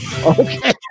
Okay